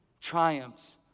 triumphs